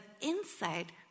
inside